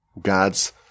God's